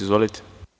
Izvolite.